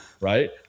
Right